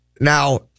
now